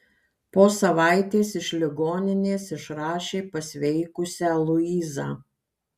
po savaitės iš ligoninės išrašė pasveikusią luizą